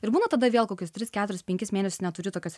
ir būna tada vėl kokius tris keturis penkis mėnesius neturi tokios